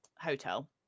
Hotel